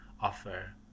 offer